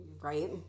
Right